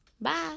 Bye